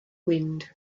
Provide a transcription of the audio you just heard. wind